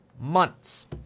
months